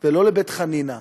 ולא לבית-חנינא,